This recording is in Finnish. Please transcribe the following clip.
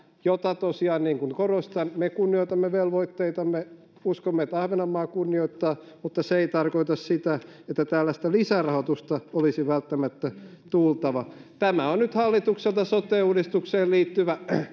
mitä tosiaan korostan me kunnioitamme velvoitteitamme uskomme että ahvenanmaa kunnioittaa mutta se ei tarkoita sitä että tällaista lisärahoitusta olisi välttämättä tultava tämä on nyt hallitukselta sote uudistukseen liittyvä